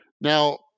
Now